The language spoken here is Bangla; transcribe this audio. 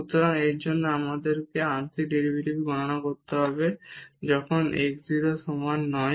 সুতরাং এর জন্য আবার আমাদের আংশিক ডেরিভেটিভ গণনা করতে হবে যখন x 0 এর সমান নয়